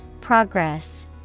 progress